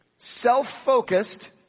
Self-focused